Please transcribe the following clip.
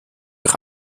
ich